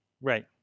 Right